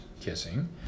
kissing